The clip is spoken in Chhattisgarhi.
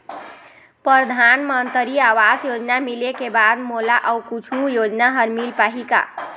परधानमंतरी आवास योजना मिले के बाद मोला अऊ कुछू योजना हर मिल पाही का?